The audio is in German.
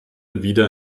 wieder